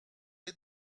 est